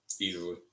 Easily